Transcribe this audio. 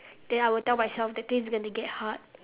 then I would tell myself that things are gonna get hard